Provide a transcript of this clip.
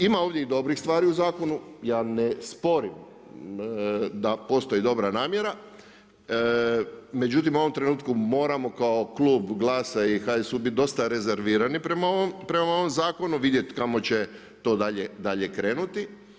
Ima ovdje i dobrih stvari u zakonu, ja ne sporim da postoji dobra namjera, međutim u ovom trenutku moramo kao klub GLAS-a i HSU biti dosta rezervirani prema ovom zakonu, vidjet kamo će to dalje krenuti.